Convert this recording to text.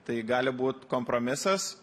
tai gali būt kompromisas